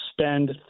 spend